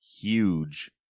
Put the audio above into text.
huge